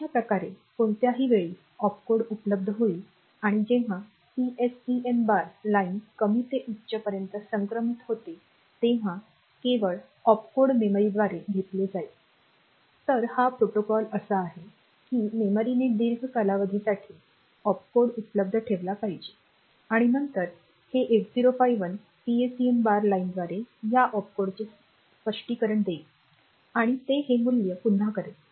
अशाप्रकारे कोणत्याही वेळी ओपकोड उपलब्ध होईल आणि जेव्हा पीएसईएन बार लाइन कमी ते उच्च पर्यंत संक्रमित होते तेव्हा केवळ ऑपकोड मेमरीद्वारे घेतले जाईल तर हा प्रोटोकॉल असा आहे की मेमरीने दीर्घ कालावधीसाठी ऑपकोड उपलब्ध ठेवला पाहिजे आणि नंतर हे 8051 PSN बार लाइनद्वारे या ऑपकोडचे स्पष्टीकरण देईल आणि ते हे मूल्य पुन्हा करेल